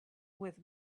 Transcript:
with